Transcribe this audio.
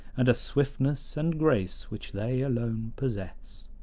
and a swiftness and grace which they alone possess.